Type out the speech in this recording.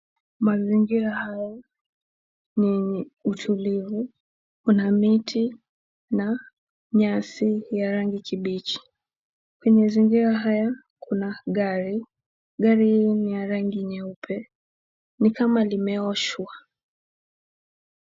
Mazingira haya ni yenye utulivu. Kuna miti na nyasi ya rangi kibichi. Kwa mazingira haya kuna gari, gari ni ya rangi nyeupe, ni kama limeoshwa.